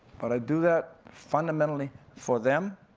but i do that fundamentally for them.